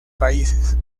países